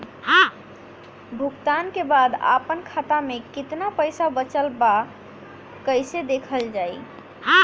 भुगतान के बाद आपन खाता में केतना पैसा बचल ब कइसे देखल जाइ?